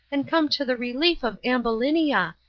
and come to the relief of ambulinia,